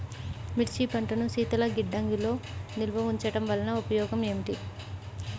మిర్చి పంటను శీతల గిడ్డంగిలో నిల్వ ఉంచటం వలన ఉపయోగం ఏమిటి?